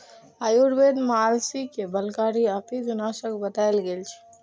आयुर्वेद मे अलसी कें बलकारी आ पित्तनाशक बताएल गेल छै